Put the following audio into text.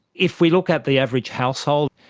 if we look at the average household,